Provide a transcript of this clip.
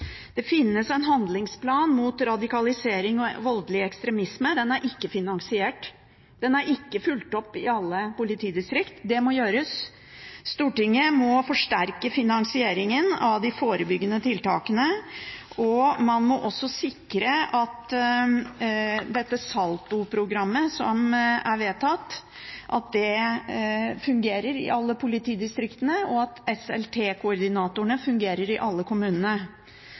Det finnes en handlingsplan mot radikalisering og voldelig ekstremisme, men den er ikke finansiert, og den er ikke fulgt opp i alle politidistrikt. Det må gjøres. Stortinget må forsterke finansieringen av de forebyggende tiltakene, og man må også sikre at SALTO-programmet, som er vedtatt, fungerer i alle politidistriktene, og at SLT-koordinatorene fungerer i alle kommunene.